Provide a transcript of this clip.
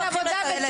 תודה רבה.